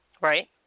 Right